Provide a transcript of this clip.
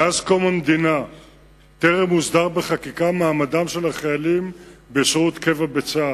מאז קום המדינה טרם הוסדר בחקיקה מעמדם של החיילים בשירות קבע בצה"ל.